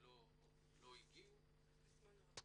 לא הגיעו,